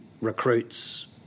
recruits